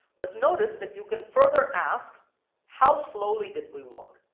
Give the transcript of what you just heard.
but notice that you can further ask how slowly did we walk?